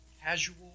casual